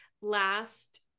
last